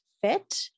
fit